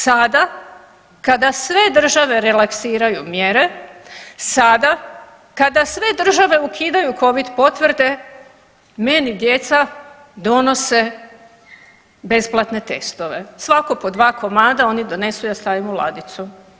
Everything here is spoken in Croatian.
Sada kad sve države relaksiraju mjere sada kada sve države ukidaju covid potvrde meni djeca donose besplatne testove svatko po dva komada oni donesu, ja stavim u ladicu.